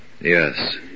Yes